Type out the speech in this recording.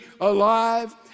alive